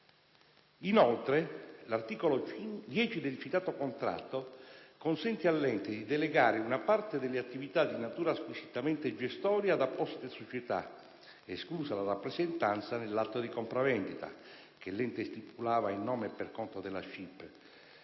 Inoltre, l'articolo 10 del citato contratto consente all'ente di delegare una parte delle attività di natura squisitamente gestoria ad apposite società, esclusa la rappresentanza nell'atto di compravendita, che l'ente stipulava in nome e per conto della SCIP.